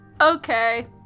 Okay